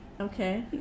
Okay